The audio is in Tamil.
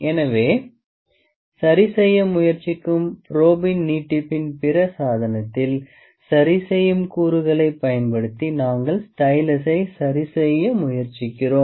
எனவே சரி செய்ய முயற்சிக்கும் ப்ரோபின் நீட்டிப்ப்பின் பிற சாதனத்தில் சரிசெய்யும் கூறுகளை பயன்படுத்தி நாங்கள் ஸ்டைலசை சரி செய்ய முயற்சிக்கிறோம்